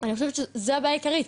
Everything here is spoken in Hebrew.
אני חושבת שזו הבעיה העיקרית,